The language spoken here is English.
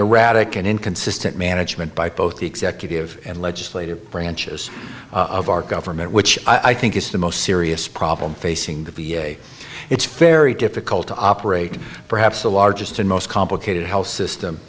erratic and inconsistent management by both the executive and legislative branches of our government which i think is the most serious problem facing the v a it's very difficult to operate perhaps the largest and most complicated health system